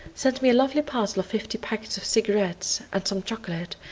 sent me a lovely parcel of fifty packets of cigarettes and some chocolate,